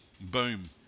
boom